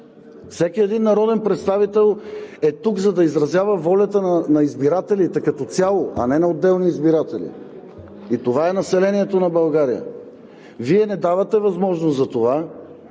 Всеки един народен представител е тук, за да изразява волята на избирателите като цяло, а не на отделни избиратели, и това е населението на България. Вие не давате възможност за това.